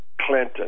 Clinton